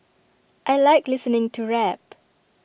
I Like listening to rap